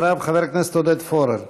אחריו, חבר הכנסת עודד פורר.